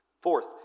Fourth